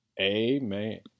Amen